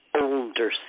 older